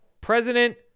President